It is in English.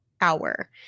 hour